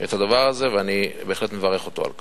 הדבר הזה, ואני בהחלט מברך אותו על כך.